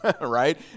right